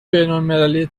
بینالمللی